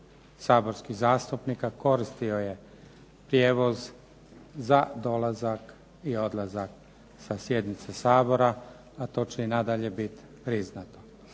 saborskih zastupnika koristio je prijevoz za dolazak i odlazak sa sjednice Sabora, a to će i nadalje biti priznato.